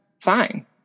fine